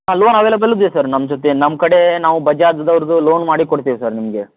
ಹಾಂ ಲೋನ್ ಅವೈಲಬಲಿದೆ ಸರ್ ನಮ್ಮ ಜೊತೆ ನಮ್ಮ ಕಡೆ ನಾವು ಬಜಾಜ್ದವ್ರದ್ದು ಲೋನ್ ಮಾಡಿ ಕೊಡ್ತೀವಿ ಸರ್ ನಿಮಗೆ